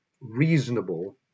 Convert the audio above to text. reasonable